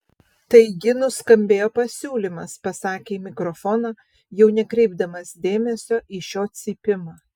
taigi nuskambėjo pasiūlymas pasakė į mikrofoną jau nekreipdamas dėmesio į šio cypimą